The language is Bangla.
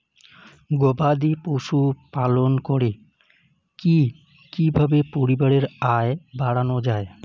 গবাদি পশু পালন করে কি কিভাবে পরিবারের আয় বাড়ানো যায়?